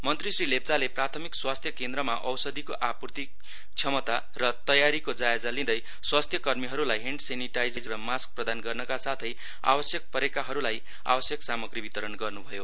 मन्त्री श्री लेप्चाले प्राथमिक स्वास्थ्य केन्द्रमा औषधिको आपूर्ति क्षमता र तयारीको जायजा लिँदै स्वास्थ्य कर्मीहरूलाई हेण्ड सेनिटाइजर र सास्क प्रदान गर्नका साथै आवश्यक परेकाहरूलाई आवश्यक सामग्री वितरण गर्नु भयो